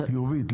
חיובית.